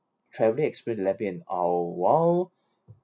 travelling experience that left me in awe well